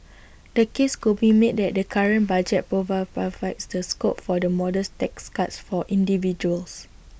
the case could be made that the current budget profile provides the scope for the modest tax cuts for individuals